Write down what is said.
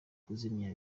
kuzimya